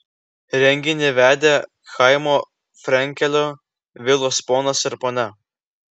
renginį vedė chaimo frenkelio vilos ponas ir ponia